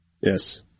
Yes